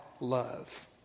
love